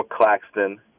Claxton